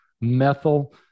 methyl